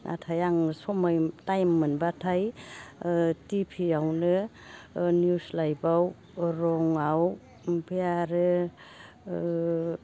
नाथाय आं समय टाइम मोनब्लाथाय ओ टि भि आवनो निउस लाइभआव रं आव ओमफ्राय आरो ओ